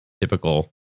typical